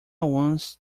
once